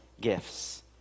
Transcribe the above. gifts